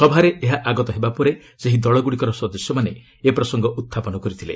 ସଭାରେ ଏହା ଆଗତ ହେବା ପରେ ସେହି ଦଳଗୁଡ଼ିକର ସଦସ୍ୟମାନେ ଏ ପ୍ରସଙ୍ଗ ଉତଥାପନ କରିଥିଲେ